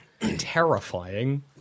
terrifying